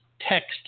text